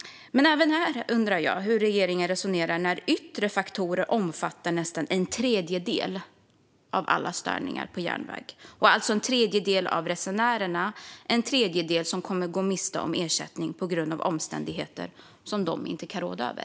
Men även här undrar jag hur regeringen resonerar med tanke på att yttre faktorer omfattar nästan en tredjedel av alla störningar på järnväg. En tredjedel av de drabbade resenärerna kommer alltså att gå miste om ersättning på grund av omständigheter som de inte kan råda över.